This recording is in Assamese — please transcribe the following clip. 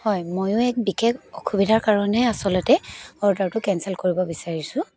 হয় ময়ো এক বিশেষ অসুবিধাৰ কাৰণেহে আচলতে অৰ্ডাৰটো কেঞ্চেল কৰিব বিচাৰিছোঁ